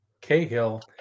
Cahill